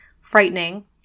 frightening